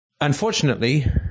unfortunately